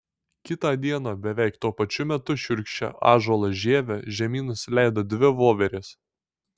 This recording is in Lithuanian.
kitą dieną beveik tuo pačiu metu šiurkščia ąžuolo žieve žemyn nusileido dvi voverės